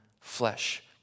flesh